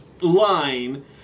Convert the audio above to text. line